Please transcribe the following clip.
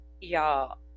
y'all